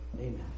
Amen